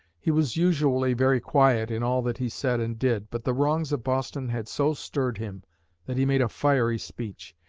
he was usually very quiet in all that he said and did, but the wrongs of boston had so stirred him that he made a fiery speech.